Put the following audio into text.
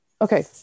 okay